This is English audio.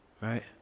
right